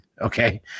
okay